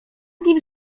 nim